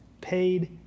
paid